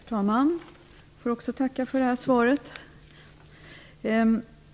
Herr talman! Jag får också tacka för interpellationssvaret.